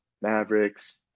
Mavericks